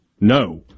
no